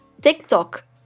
TikTok